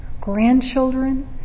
grandchildren